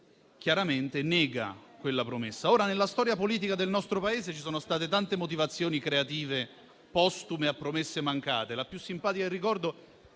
chiaramente nega quella promessa. Ora, nella storia politica del nostro Paese ci sono state tante motivazioni creative postume a promesse mancate. La più simpatica che ricordo è